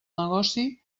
negoci